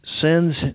sends